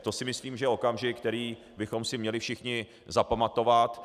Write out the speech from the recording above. To si myslím, že je okamžik, který bychom si měli všichni zapamatovat.